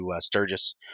Sturgis